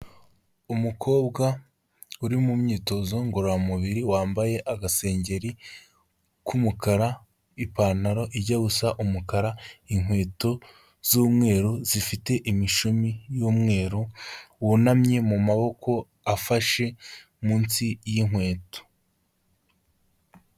Umukobwa uri mu myitozo ngororamubiri wambaye agasengeri k'umukara, ipantaro ijya gusa umukara, inkweto z'umweru zifite imishumi y'umweru wunamye mu maboko afashe munsi y'inkweto.